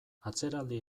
atzeraldi